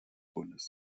bundes